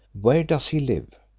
where does he live?